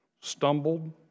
stumbled